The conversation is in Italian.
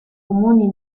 comuni